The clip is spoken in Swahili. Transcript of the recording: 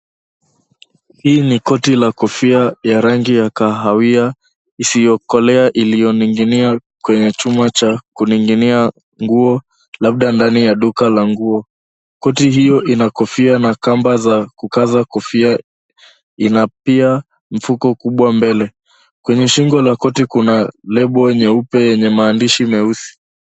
Hii ni koti la kofia ya rangi ya kahawia isiyokolea iliyoning'inia kwenye chuma cha kuning'inia nguo labda ndani ya duka la nguo. Koti hiyo ina kofia na kamba za kukaza kofia ina pia mfuko kubwa mbele. Kwenye shingo la koti kuna lebo nyeupe yenye maandishi meusi.